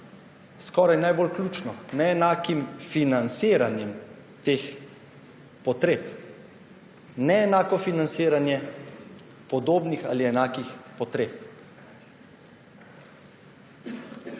skoraj najbolj ključno, neenakim financiranjem teh potreb − neenako financiranje podobnih ali enakih potreb.